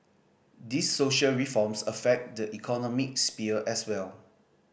these social reforms affect the economic sphere as well